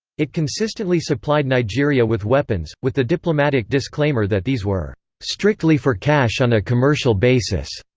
it consistently supplied nigeria with weapons, with the diplomatic disclaimer that these were strictly for cash on a commercial basis.